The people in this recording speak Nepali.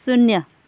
शून्य